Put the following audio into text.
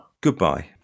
Goodbye